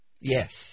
Yes